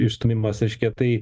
išstūmimas reiškia tai